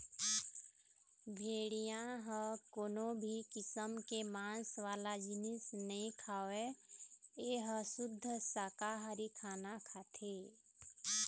भेड़िया ह कोनो भी किसम के मांस वाला जिनिस नइ खावय ए ह सुद्ध साकाहारी खाना खाथे